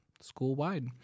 school-wide